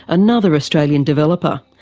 another australian developer.